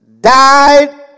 died